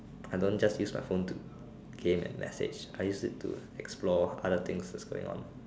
I don't just use my phone to game and message I used it to explore other things that's going on